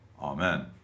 Amen